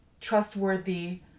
trustworthy